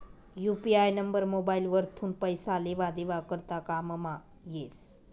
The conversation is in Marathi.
यू.पी.आय नंबर मोबाइल वरथून पैसा लेवा देवा करता कामंमा येस